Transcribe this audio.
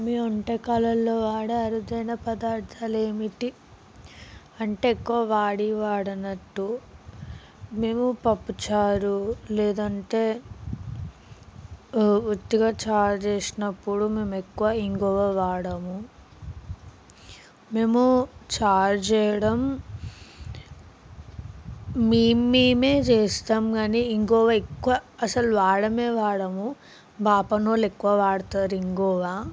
మీ వంటకాలలో వాడే అరుదైన పదార్థాలు ఏమిటి అంటే ఎక్కువ వాడి వాడినట్టు మేము పప్పుచారు లేదంటే ఉట్టిగా చారు చేసినప్పుడు మేము ఎక్కువ ఇంగువ వాడము మేము చారు చేయడం మేము మేమే చేస్తాం కానీ ఇంగువ ఎక్కువ అసలు వాడమే వాడము బాపనోళ్ళు ఎక్కువ వాడుతారు ఇంగువ